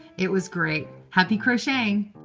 it was great. happy crocheting!